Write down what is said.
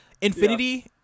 Infinity